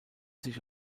sich